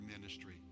ministry